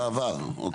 בעבר, אוקיי.